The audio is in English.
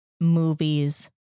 movies